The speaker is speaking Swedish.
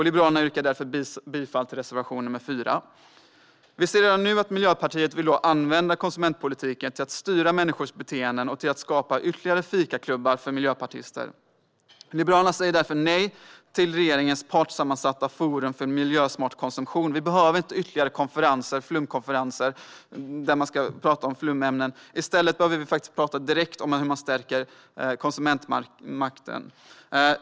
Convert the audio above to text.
Jag yrkar därför bifall till reservation nr 4. Vi ser redan nu att Miljöpartiet vill använda konsumentpolitiken till att styra människors beteenden och till att skapa ytterligare fikaklubbar för miljöpartister. Liberalerna säger därför nej till regeringens partssammansatta forum för miljösmart konsumtion. Vi behöver inte ytterligare flumkonferenser där man ska prata om flumämnen; i stället behöver vi faktiskt prata direkt om hur man stärker konsumentmakten.